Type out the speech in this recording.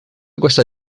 gosta